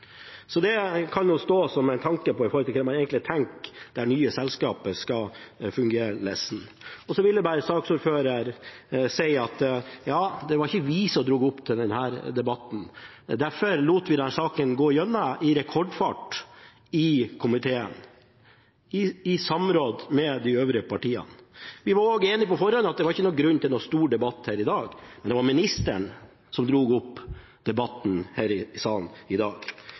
en tanke om hvordan en egentlig tenker det nye selskapet skal fungere. Jeg vil til saksordføreren bare si at det ikke var vi som dro opp denne debatten. Derfor lot vi denne saken gå gjennom i rekordfart i komiteen, i samråd med de øvrige partiene. Vi var også enige om på forhånd at det ikke var noen grunn til noen stor debatt her i dag. Det var ministeren som dro opp debatten her i salen. Jeg vil bare minne ham om at saken ble fremmet den 20. november. Den ble referert i